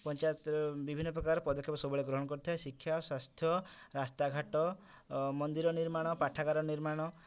ପଞ୍ଚାୟତର ବିଭିନ୍ନ ପ୍ରକାର ପଦକ୍ଷେପ ସବୁବେଳେ ଗ୍ରହଣ କରିଥାଏ ଶିକ୍ଷା ସ୍ୱାସ୍ଥ୍ୟ ରାସ୍ତାଘାଟ ମନ୍ଦିର ନିର୍ମାଣ ପାଠାଗାର ନିର୍ମାଣ